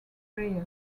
areas